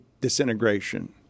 disintegration